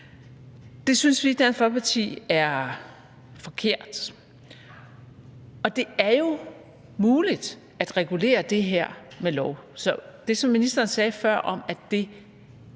Det synes vi i Dansk Folkeparti er forkert. Og det er jo muligt at regulere det her ved lov. Så det, ministeren sagde før om, at man